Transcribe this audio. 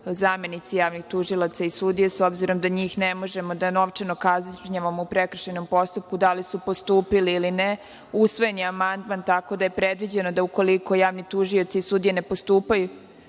zamenici javnih tužilaca i sudije, s obzirom da njih ne možemo da novčano kažnjavamo u prekršajnom postupku da li su postupili ili ne. Usvojen je amandman tako da je predviđeno da ukoliko javni tužioci i sudije ne postupaju